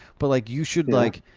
but like you should, like,